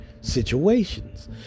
situations